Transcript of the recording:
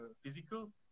physical